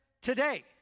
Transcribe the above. today